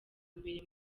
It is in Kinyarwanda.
mbere